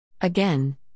Again